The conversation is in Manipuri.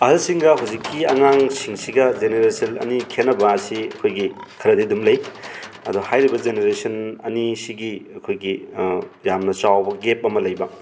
ꯑꯍꯜꯁꯤꯡꯒ ꯍꯧꯖꯤꯛꯀꯤ ꯑꯉꯥꯡꯁꯤꯡꯁꯤꯒ ꯖꯦꯅꯔꯦꯁꯟ ꯑꯅꯤ ꯈꯦꯠꯅꯕ ꯑꯁꯤ ꯑꯩꯈꯣꯏꯒꯤ ꯈꯔꯗꯤ ꯑꯗꯨꯝ ꯂꯩ ꯑꯗꯣ ꯍꯥꯏꯔꯤꯕ ꯖꯦꯅꯔꯦꯁꯟ ꯑꯅꯤꯁꯤꯒꯤ ꯑꯩꯈꯣꯏꯒꯤ ꯌꯥꯝꯅ ꯆꯥꯎꯕ ꯒꯦꯞ ꯑꯃ ꯂꯩꯕ